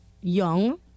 young